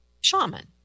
shaman